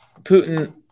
Putin